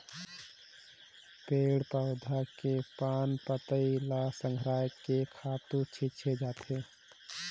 पेड़ पउधा के पान पतई ल संघरायके खातू छिछे जाथे